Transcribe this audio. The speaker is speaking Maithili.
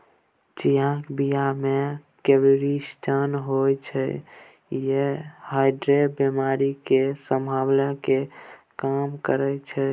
चियाक बीया मे क्वरसेटीन होइ छै जे हार्टक बेमारी केर संभाबना केँ कम करय छै